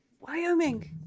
Wyoming